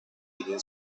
eta